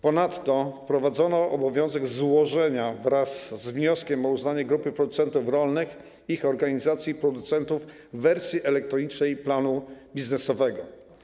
Ponadto wprowadzono obowiązek złożenia - wraz z wnioskiem o uznanie grupy producentów rolnych lub organizacji producentów -wersji elektronicznej planu biznesowego.